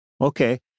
okay